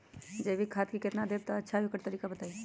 जैविक खाद केतना देब त अच्छा होइ ओकर तरीका बताई?